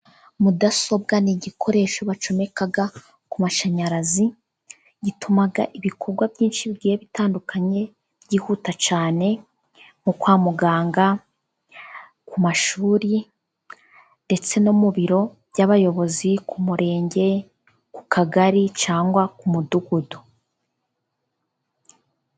Mudasobwa ni igikoresho bacomeka ku mashanyarazi, gituma ibikorwa byinshi bigiye bitandukanye byihuta cyane, nko kwa muganga, ku mashuri, ndetse no mu biro by'abayobozi, ku murenge, ku kagari, cyangwa ku mudugudu.